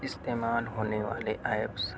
استعمال ہونے والے ایپس